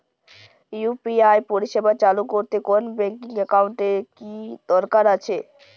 UPI পরিষেবা চালু করতে কোন ব্যকিং একাউন্ট এর কি দরকার আছে?